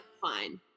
fine